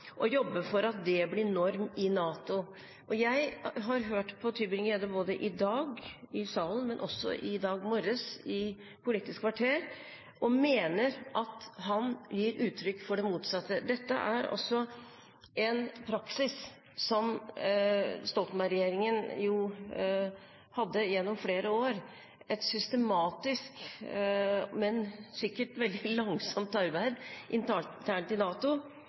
jobbe for at det blir norm i NATO. Jeg har hørt på representanten Tybring-Gjedde, både i salen i dag og på Politisk kvarter i dag morges, og mener at han gir uttrykk for det motsatte. Dette er en praksis som Stoltenberg-regjeringen jo hadde gjennom flere år – et systematisk, men sikkert veldig langsomt arbeid internt i NATO,